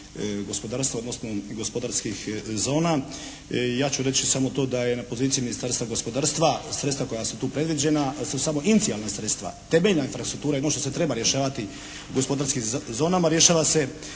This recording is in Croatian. gospodarstva odnosno gospodarskih zona. Ja ću reći samo to da je na poziciji Ministarstva gospodarstva sredstva koja su tu predviđena su samo inicijalna sredstva. Temeljna infrastruktura je ono što se treba rješavati u gospodarskim zonama rješava se